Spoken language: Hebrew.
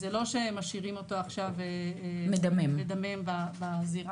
זה לא שמשאירים אותו עכשיו מדמם בזירה.